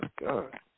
God